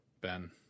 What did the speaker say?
Ben